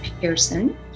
Pearson